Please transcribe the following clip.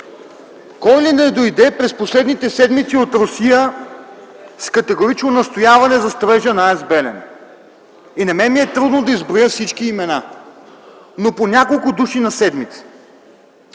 Кой ли не дойде през последните седмици от Русия с категорично настояване за строежа на АЕЦ „Белене”! На мен ми е трудно да изброя всички имена, но бяха по няколко души на седмица.